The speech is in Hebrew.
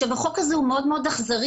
החוק הזה הוא מאוד מאוד אכזרי.